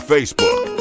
Facebook